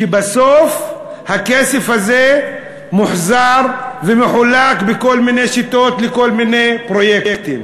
ובסוף הכסף הזה מוחזר ומחולק בכל מיני שיטות לכל מיני פרויקטים.